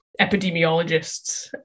epidemiologists